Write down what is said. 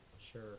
Sure